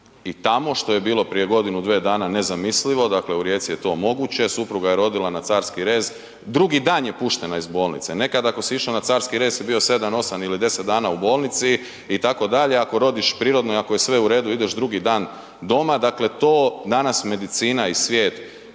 i tamo, što je bilo prije godinu, dve dana nezamislivo, dakle u Rijeci je to moguće, supruga je rodila na carski rez, drugi dan je puštena iz bolnice. Nekad ako si išo na carski rez si bio 7, 8 ili 10 dana u bolnici itd., ako rodiš prirodno i ako je sve u redu ideš drugi dan doma, dakle to danas medicina i svijet